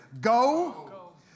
Go